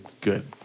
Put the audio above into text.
good